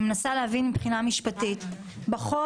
בחוק,